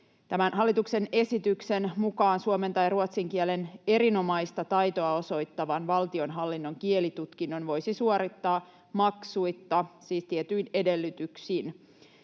Tämän hallituksen esityksen mukaan suomen tai ruotsin kielen erinomaista taitoa osoittavan valtionhallinnon kielitutkinnon voisi suorittaa maksuitta, siis tietyin edellytyksin.